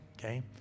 Okay